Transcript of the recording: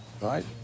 Right